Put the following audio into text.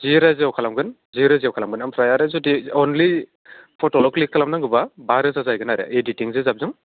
जि रोजायाव खालामगोन जि रोजायाव खालामगोन आमफ्राय आरो जुदि अनलि फट'ल' क्लिक खालामनांगौबा बा रोजा जाहैगोन आरो इडिटिंजों जाबजों